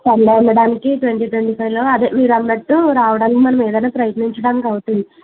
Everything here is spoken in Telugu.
వెళ్ళడానికి ట్వంటీ ట్వంటీ ఫైవ్లో అదే మీరు అన్నట్టు రావడానికి మనం ఏదైనా ప్రయత్నించడానికి అవుతుంది